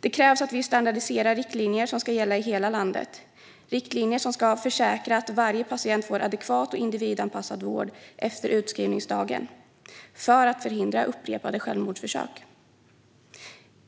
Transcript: Det krävs att vi standardiserar riktlinjer som ska gälla i hela landet, riktlinjer som ska försäkra att varje patient får adekvat och individanpassad vård efter utskrivningsdagen för att förhindra upprepade självmordsförsök.